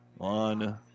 on